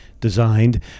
designed